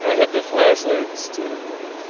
ah hit the flashlight only